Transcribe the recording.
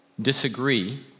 disagree